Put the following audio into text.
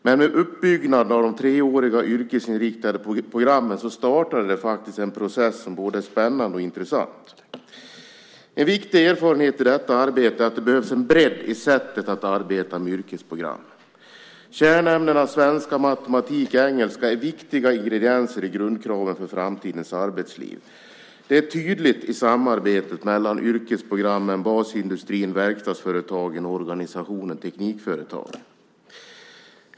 Med uppbyggnaden av de treåriga yrkesinriktade programmen startade också en process som är både spännande och intressant. En viktig erfarenhet i detta arbete är att det behövs en bredd i sättet att arbeta med yrkesprogrammen. Kärnämnena svenska, matematik och engelska är viktiga ingredienser i grundkraven för framtidens arbetsliv. Det är tydligt i samarbetet mellan yrkesprogrammen, basindustrin, verkstadsföretagen och organisationen Teknikföretagen.